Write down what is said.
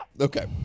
Okay